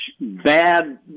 bad